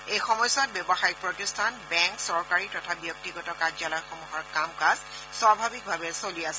এই সময়ছোৱাত ব্যৱসায়িক প্ৰতিষ্ঠান বেংক চৰকাৰী তথা ব্যক্তিগত কাৰ্যালয়সমূহৰ কাম কাজ স্বাভাৱিকভাৱে চলি আছিল